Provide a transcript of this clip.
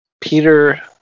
Peter